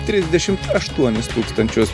trisdešim aštuonis tūkstančius